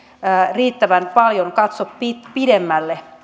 riittävän paljon katso pidemmälle